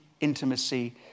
intimacy